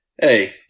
hey